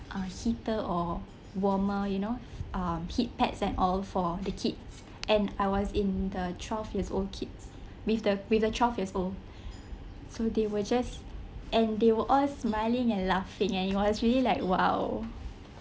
a heater or warmer you know um heat pads and at all for the kids and I was in the twelve years old kids with the with the twelve years old so they were just and they were all smiling and laughing and it was really like !wow!